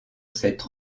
cette